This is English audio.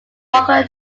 local